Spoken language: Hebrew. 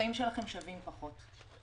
החיים שלכם שווים פחות.